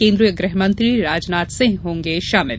केंद्रीय गृहमंत्री राजनाथ सिंह होंगे शामिल